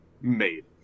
made